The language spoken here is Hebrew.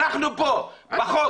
אנחנו פה בחוק,